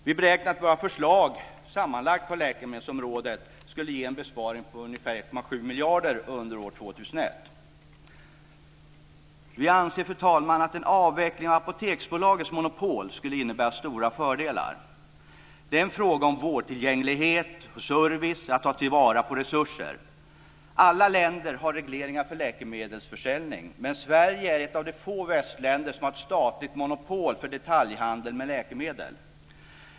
Vi beräknar att våra förslag sammanlagt på läkemedelsområdet skulle ge en besparing på ungefär 1,7 miljarder under år 2001. Vi anser, fru talman, att en avveckling av Apoteksbolagets monopol skulle innebära stora fördelar. Det är en fråga om vårdtillgänglighet och service och att ta till vara resurser. Alla länder har regleringar för läkemedelsförsäljning, men Sverige är ett av de få västländer som har ett statligt monopol för detaljhandel med läkemedel.